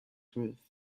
with